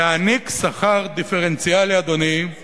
להעניק שכר דיפרנציאלי, אדוני, למורים,